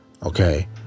Okay